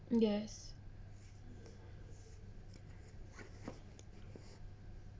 yes